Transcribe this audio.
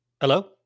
Hello